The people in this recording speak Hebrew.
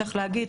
צריך להגיד,